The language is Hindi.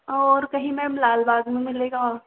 और कहीं मैम लालबाग में मिलेगा और